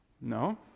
No